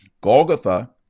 Golgotha